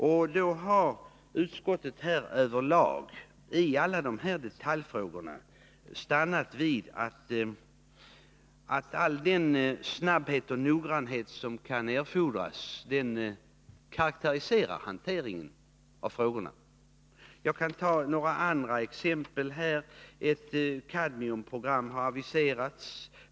I alla de här detaljfrågorna har utskottet stannat vid att konstatera att all den snabbhet och noggrannhet som kan erfordras karakteriserar hanteringen. Jag kan ta några andra exempel. Ett kadmiumprogram har aviserats.